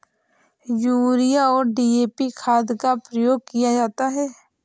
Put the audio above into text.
urea और DAP खाद का प्रयोग किया जाता है